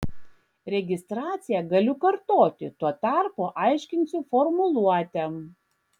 registraciją galiu kartoti tuo tarpu aiškinsiu formuluotę